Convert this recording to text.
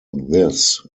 this